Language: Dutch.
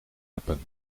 apen